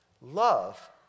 Love